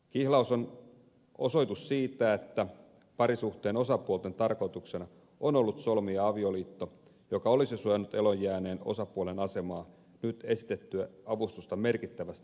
kihlaus on osoitus siitä että parisuhteen osapuolten tarkoituksena on ollut solmia avioliitto joka olisi suojannut eloon jääneen osapuolen asemaa nyt esitettyä avustusta merkittävästi vahvemmin